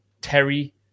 Terry